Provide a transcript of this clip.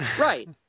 Right